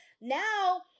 Now